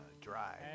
dry